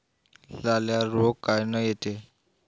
लाल्या रोग कायनं येते?